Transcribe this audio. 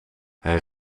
hij